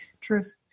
Truth